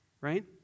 right